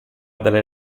dalle